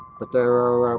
but there are